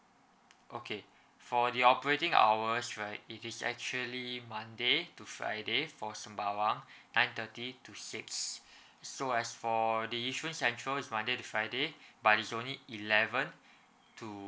okay for the operating hours right it is actually monday to friday for sembawang nine thirty to six so as for the yishun central is monday to friday but it's only eleven to